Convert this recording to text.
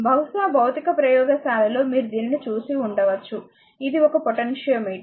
బహుశా భౌతిక ప్రయోగశాలలో మీరు దీనిని చూసి ఉండవచ్చు ఇది ఒక పొటెన్షియోమీటర్